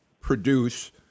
produce